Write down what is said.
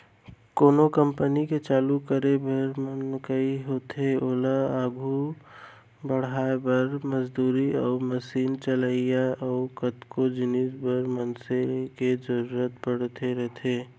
कोनो कंपनी के चालू करे भर म नइ होवय ओला आघू बड़हाय बर, मजदूरी अउ मसीन चलइया अउ कतको जिनिस बर मनसे के जरुरत पड़त रहिथे